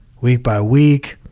week by week,